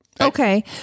Okay